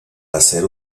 hacer